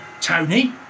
Tony